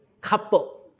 couple